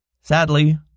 sadly